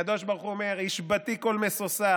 הקדוש ברוך אומר: "השבתי כל משושה,